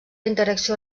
interacció